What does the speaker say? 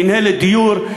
מינהלת דיור,